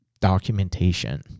documentation